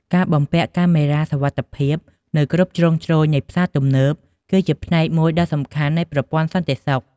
ការបំពាក់កាមេរ៉ាសុវត្ថិភាពនៅគ្រប់ជ្រុងជ្រោយនៃផ្សារទំនើប គឺជាផ្នែកមួយដ៏សំខាន់នៃប្រព័ន្ធសន្តិសុខ។